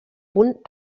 punt